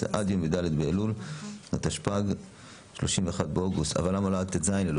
18 עד יום י"ד באלול התשפ"ג (31 באוגוסט 2023),